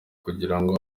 kugirango